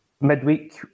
midweek